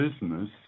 business